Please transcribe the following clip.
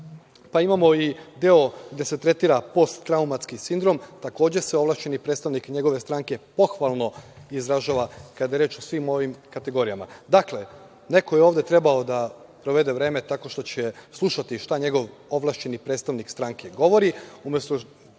Imamo i deo gde se tretira postraumatski sindrom, takođe se ovlašćeni predstavnik njegove stranke pohvalno izražava kada je reč o svim ovim kategorijama. Dakle, neko je ovde trebao da provede vreme tako što će slušati šta njegov ovlašćeni predstavnik stranke govori,